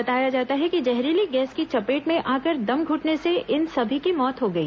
बताया जाता है कि जहरीली गैस की चपेट में आकर दम घुटने से इन सभी की मौत हो गई